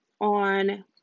on